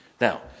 Now